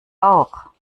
auch